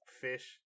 fish